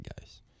guys